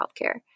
healthcare